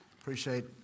appreciate